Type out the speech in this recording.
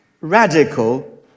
radical